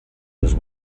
les